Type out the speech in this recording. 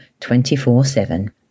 24-7